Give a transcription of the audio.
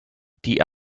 die